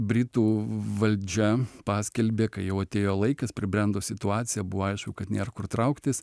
britų valdžia paskelbė kai jau atėjo laikas pribrendo situacija buvo aišku kad nėra kur trauktis